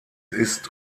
ist